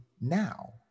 now